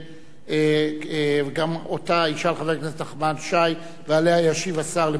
גם אותה ישאל חבר הכנסת נחמן שי ועליה ישיב השר לביטחון פנים,